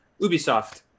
Ubisoft